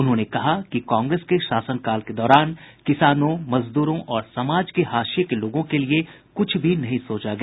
उन्होंने कहा कि कांग्रेस के शासनकाल के दौरान किसानों मजदूरों और समाज के हाशिये के लोगों के लिये कुछ भी नहीं सोचा गया